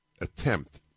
attempt